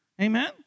Amen